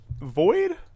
void